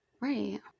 Right